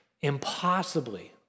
impossibly